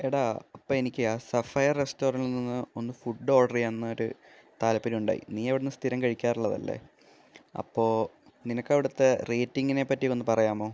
എടാ അപ്പോൾ എനിക്ക് ആ സഫയർ റെസ്റ്റൊറൻറ്റിൽനിന്ന് ഒന്ന് ഫുഡ്ഡ് ഓഡറ് ചെയ്യണം എന്നൊരു താൽപര്യം ഉണ്ടായി നീയവിടെനിന്ന് സ്ഥിരം കഴിക്കാറുള്ളതല്ലേ അപ്പോൾ നിനക്കവിടുത്തെ റേറ്റിങ്ങിനെ പറ്റിയൊക്കെയൊന്ന് പറയാമോ